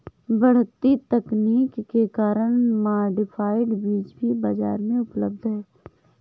बढ़ती तकनीक के कारण मॉडिफाइड बीज भी बाजार में उपलब्ध है